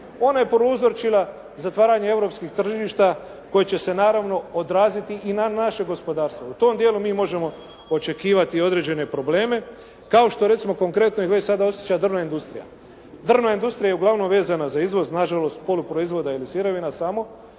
Ona je prouzročila zatvaranje europskih tržišta koje će se naravno odraziti i na naše gospodarstvo. U tom dijelu mi možemo očekivati određene probleme, kao što je recimo konkretno već sada osjeća drvna industrija. Drvna industrija je uglavnom vezana za izvoz, na žalost poluproizvoda ili sirovina samo